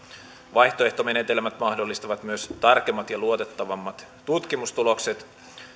vaihtoehtomenetelmät mahdollistavat myös tarkemmat ja luotettavammat tutkimustulokset